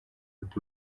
with